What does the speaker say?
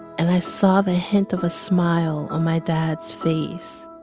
and i saw the hint of a smile on my dad's face.